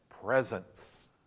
presence